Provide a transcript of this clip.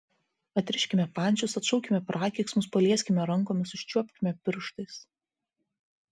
atriškime pančius atšaukime prakeiksmus palieskime rankomis užčiuopkime pirštais